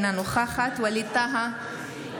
אינה נוכחת ווליד טאהא,